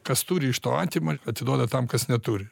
kas turi iš to atima atiduoda tam kas neturi